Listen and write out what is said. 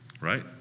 Right